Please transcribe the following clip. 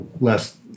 less